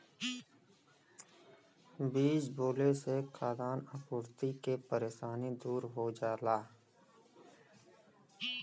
बीज बोले से खाद्यान आपूर्ति के परेशानी दूर हो जाला